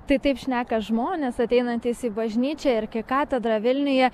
tai taip šneka žmonės ateinantys į bažnyčią ir arkikatedrą vilniuje